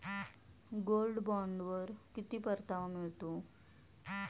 Gold बॉण्डवर किती परतावा मिळतो?